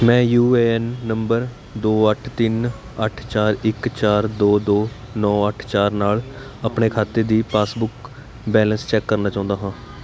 ਮੈਂ U A N number ਦੋ ਅੱਠ ਤਿੰਨ ਅੱਠ ਚਾਰ ਇੱਕ ਚਾਰ ਦੋ ਦੋ ਨੌਂ ਅੱਠ ਚਾਰ ਨਾਲ ਆਪਣੇ ਖਾਤੇ ਦੀ ਪਾਸਬੁੱਕ ਬੈਲੇਂਸ ਚੈੱਕ ਕਰਨਾ ਚਾਹੁੰਦਾ ਹਾਂ